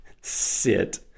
sit